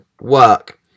work